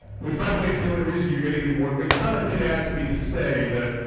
which by the way is the only reason you're getting the award. mcdonough did ask me to say that